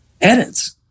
Edits